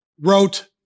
wrote